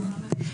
כן.